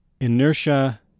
inertia